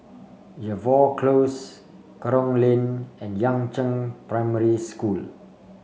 Jervois Close Kerong Lane and Yangzheng Primary School